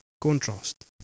contrast